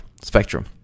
spectrum